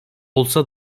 olsa